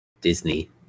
Disney